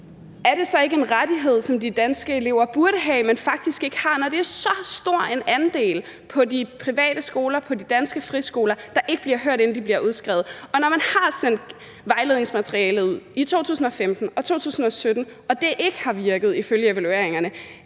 er det så ikke en rettighed, som de danske elever burde have, men faktisk ikke har, altså når det er så stor en andel på de private skoler, på de danske friskoler, der ikke bliver hørt, inden de bliver udskrevet? Og når man har sendt vejledningsmateriale ud i 2015 og 2017 og det ikke har virket, ifølge evalueringerne,